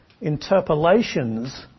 interpolations